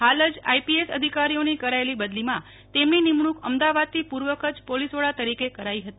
હાલ જ આઈપીએસ અધિકારીઓની કરાયેલી બદલીમાં તેમની નિમણૂંક અમદાવાદથી પૂર્વ કચ્છ પોલીસ વડા તરીકે કરાઈ હતી